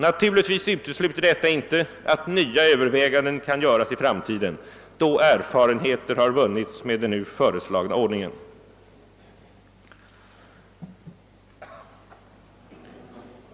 Naturligtvis utesluter detta inte att nya överväganden kan göras i framtiden, då erfarenhet vunnits med den nu föreslagna ordningen.